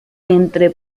entre